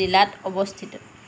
জিলাত অৱস্থিত